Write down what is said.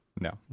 No